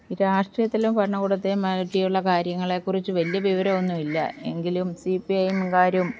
രാഷ്ട്രീയത്തിലും ഭരണകൂടത്തെയും പറ്റിയുള്ള കാര്യങ്ങളെക്കുറിച്ച് വലിയ വിവരം ഒന്നും ഇല്ല എങ്കിലും സി പി എംകാരും